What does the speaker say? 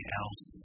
else